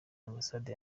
ambasade